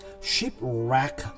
Shipwreck